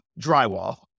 drywall